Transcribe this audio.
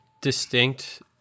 distinct